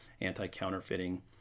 anti-counterfeiting